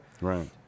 Right